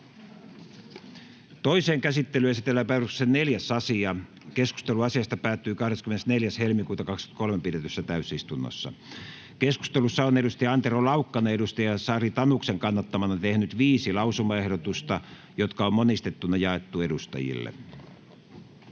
Toiseen käsittelyyn esitellään päiväjärjestyksen 4. asia. Keskustelu asiasta päättyi 24.2.2023 pidetyssä täysistunnossa. Keskustelussa on Antero Laukkanen Sari Tanuksen kannattamana tehnyt viisi lausumaehdotusta, jotka on monistettuna jaettu edustajille.